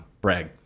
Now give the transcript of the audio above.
brag